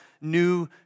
new